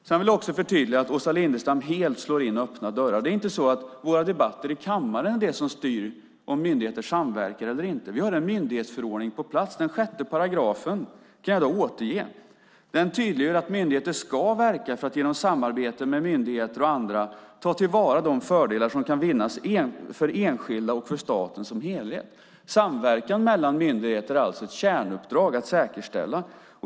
Sedan vill jag också förtydliga att Åsa Lindestam helt slår in öppna dörrar. Det är inte våra debatter i kammaren som styr om myndigheter samverkar eller inte. Vi har en myndighetsförordning på plats, 6 §, och den tydliggör att myndigheter ska verka för att genom samarbete med myndigheter och andra ta till vara de fördelar som kan vinnas för enskilda och för staten som helhet. Samverkan mellan myndigheter är alltså ett kärnuppdrag att säkerställa.